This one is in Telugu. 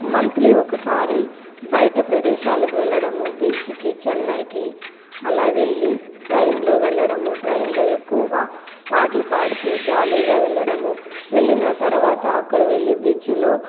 మంత్లీ ఒకసారి బయట ప్రదేశాలకు వెళ్ళడము బీచ్కి చెన్నైకి అలా వెళ్ళి ట్రైన్లో వెళ్ళడము ట్రైన్లో ఎక్కువగా పాటలు పాడుతు జాలీగా వెళ్ళడము వెళ్ళిన తరవాత అక్కడ వెళ్ళి బీచ్లో